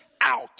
out